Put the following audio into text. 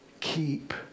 keep